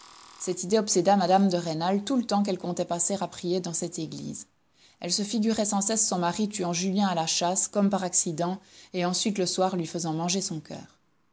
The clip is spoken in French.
cette idée obséda mme de rênal tout le temps qu'elle comptait passer à prier dans cette église elle se figurait sans cesse son mari tuant julien à la chasse comme par accident et ensuite le soir lui faisant manger son coeur